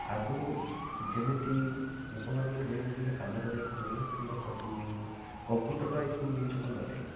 ଆଗରୁ ଯେମିତି ଲୋକମାନଙ୍କୁ ଯେକୌଣସି ଗୋଟେ କାମ କରିବାକୁ ହେଉ କିମ୍ବା କମ୍ପୁଟରାଇଜ୍ ଜିନିଷ କ'ଣ ନଥିଲା